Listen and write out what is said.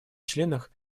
членах